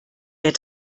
der